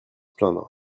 plaindre